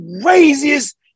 craziest